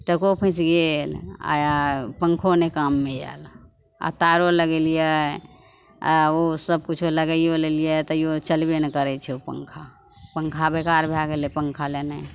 टको फसि गेल आओर पन्खो नहि काममे आएल आओर तारो लगेलिए आओर ओसब किछु लगाइए लेलिए तैओ चलबे नहि करै छै ओ पन्खा पन्खा बेकार भै गेलै पन्खा लेने